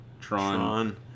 Tron